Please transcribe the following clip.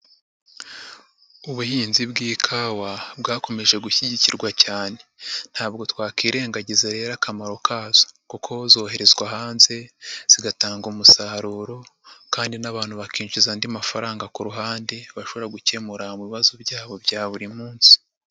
Ubuhinzi bw'ikawa bwakomeje gushyigikirwa cyane, ntabwo twakirengagiza rero akamaro kazo kuko zoherezwa hanze, zigatanga umusaruro kandi n'abantu bakinjiza andi mafaranga ku ruhande bashobora gukemura mu bibazo byabo bya buri munsi.